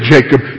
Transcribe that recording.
Jacob